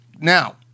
now